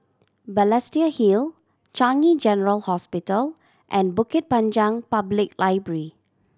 Balestier Hill Changi General Hospital and Bukit Panjang Public Library